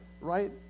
right